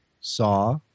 saw